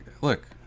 look